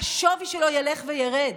השווי שלו ילך וירד.